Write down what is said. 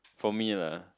for me lah